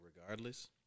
regardless